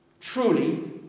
Truly